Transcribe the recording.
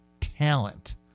talent